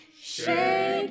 shake